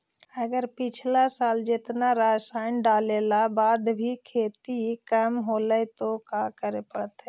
अगर पिछला साल जेतना रासायन डालेला बाद भी खेती कम होलइ तो का करे पड़तई?